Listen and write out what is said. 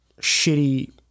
shitty